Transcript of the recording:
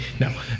No